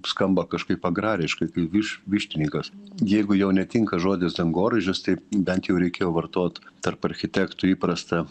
skamba kažkaip agrariškai kaip viš vištininkas jeigu jau netinka žodis dangoraižis tai bent jau reikėjo vartot tarp architektų įprastą